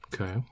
Okay